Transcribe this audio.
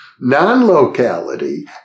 non-locality